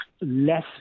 less